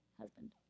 husband